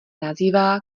nazývá